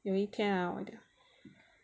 有一天我一定会